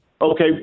Okay